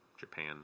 Japan